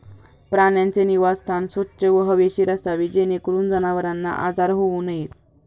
प्राण्यांचे निवासस्थान स्वच्छ व हवेशीर असावे जेणेकरून जनावरांना आजार होऊ नयेत